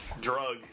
drug